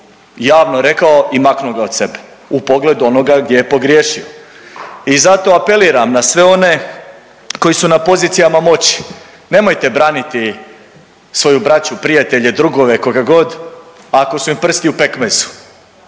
javno rekao i maknuo ga od sebe u pogledu onoga gdje je pogriješio i zato apeliram na sve one koji su na pozicijama moći. Nemojte braniti svoju braću, prijatelje, drugove, koga kog, ako su im prsti u pekmezu.